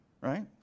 Right